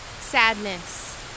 sadness